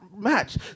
match